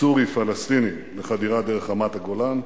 הסורי-פלסטיני לחדירה דרך רמת-הגולן.